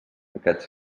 aquests